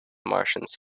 martians